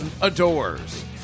adores